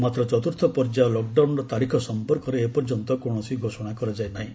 ମାତ୍ର ଚତୁର୍ଥ ପର୍ଯ୍ୟାୟ ଲକଡାଉନର ତାରିଖ ସଂପର୍କରେ ଏପର୍ଯ୍ୟନ୍ତ କୌଣସି ଘୋଷଣା କରାଯାଇ ନାହିଁ